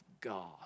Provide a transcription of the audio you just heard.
God